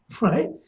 right